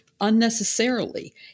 unnecessarily